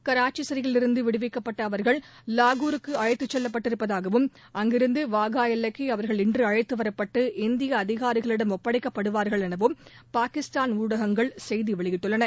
கராச்சி சிறையிலிருந்து விடுவிக்கப்பட்ட அவர்கள் லாகூருக்கு அழைத்துச்செல்லப்பட்டிருப்பதாகவும் அங்கிருந்து வாகா எல்லைக்கு அவர்கள் இன்று அழைத்துவரப்பட்டு இந்திய அதிகாரிகளிடம் ஒப்படைப்படுவார்கள் எனவும் பாகிஸ்தான் ஊடகங்கள் செய்தி வெளியிட்டுள்ளன